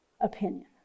opinion